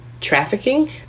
trafficking